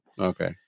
Okay